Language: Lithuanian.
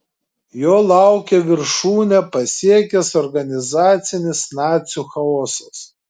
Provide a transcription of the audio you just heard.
jo laukė viršūnę pasiekęs organizacinis nacių chaosas